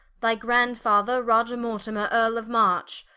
thy grandfather roger mortimer, earle of march.